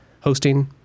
hosting